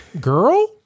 girl